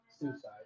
suicide